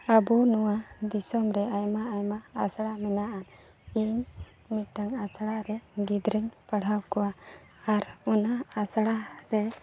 ᱟᱵᱚ ᱱᱚᱣᱟ ᱫᱤᱥᱚᱢᱨᱮ ᱟᱭᱢᱟ ᱟᱭᱢᱟ ᱟᱥᱲᱟ ᱢᱮᱱᱟᱜᱼᱟ ᱤᱧ ᱢᱤᱫᱴᱟᱝ ᱟᱥᱲᱟᱨᱮ ᱜᱤᱫᱽᱨᱟᱹᱧ ᱯᱟᱲᱦᱟᱣ ᱠᱚᱣᱟ ᱟᱨ ᱚᱱᱟ ᱟᱥᱲᱟ ᱨᱮ